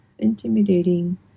intimidating